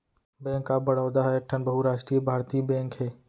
bank of Baroda ह एकठन बहुरास्टीय भारतीय बेंक हे